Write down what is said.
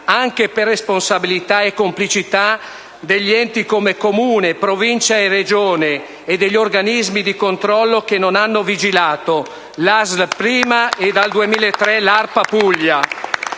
anche per responsabilità e complicità degli enti come Comune, Provincia e Regione e degli organismi di controllo che non hanno vigilato: l'ASL, prima, e, dal 2003, l'ARPA Puglia.